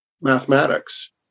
mathematics